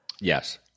Yes